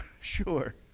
Sure